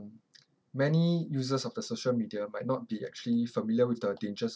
many users of the social media might not be actually familiar with the dangers